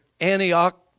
Antioch